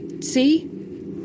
See